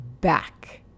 back